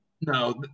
No